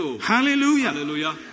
Hallelujah